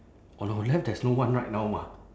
on our left there's no one right now mah